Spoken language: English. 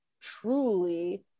truly